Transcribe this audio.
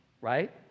right